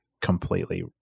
completely